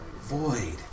void